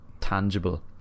tangible